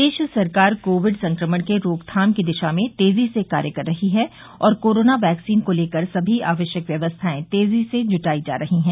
प्रदेश सरकार कोविड संक्रमण के रोकथाम की दिशा में तेजी से कार्य कर रही है और कोरोना वैक्सीन को लेकर सभी आवश्यक व्यवस्थाएं तेजी से जूटाई जा रही है